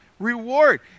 reward